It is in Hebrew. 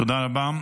תודה רבה.